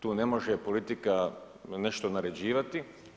Tu ne može politika nešto naređivati.